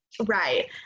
right